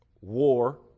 war